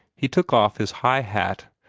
he took off his high hat,